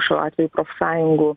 šiuo atveju profsąjungų